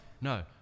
no